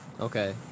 Okay